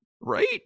Right